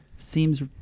seems